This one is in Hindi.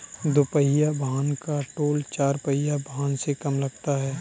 दुपहिया वाहन का टोल चार पहिया वाहन से कम लगता है